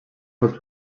pot